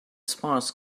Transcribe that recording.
sparse